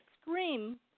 SCREAM